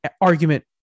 argument